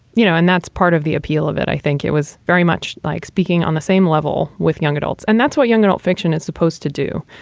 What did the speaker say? you know, and that's part of the appeal of it. i think it was very much like speaking on the same level with young adults. and that's what young adult fiction is supposed to do.